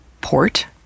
Port